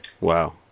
Wow